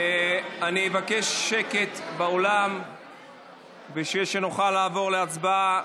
אבקש שקט באולם בשביל שנוכל לעבור להצבעה.